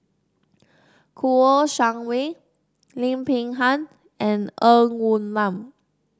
Kouo Shang Wei Lim Peng Han and Ng Woon Lam